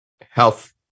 health